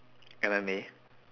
M_M_A